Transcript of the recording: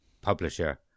publisher